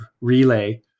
relay